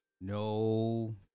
No